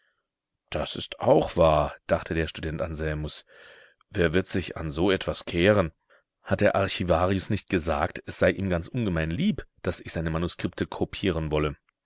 das ist auch wahr dachte der student anselmus wer wird sich an so etwas kehren hat der archivarius nicht gesagt es sei ihm ganz ungemein lieb daß ich seine manuskripte kopieren wolle